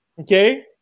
okay